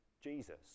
Jesus